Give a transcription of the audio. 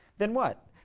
then what?